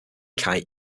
kite